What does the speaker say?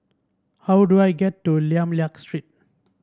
how do I get to Lim Liak Street